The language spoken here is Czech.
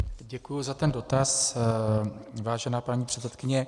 Děkuji za ten dotaz, vážená paní předsedkyně.